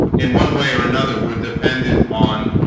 in one way or another were dependent on